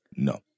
No